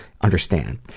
understand